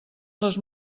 les